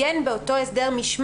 ככל שיש לו הסדר משמעת,